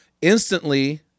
Instantly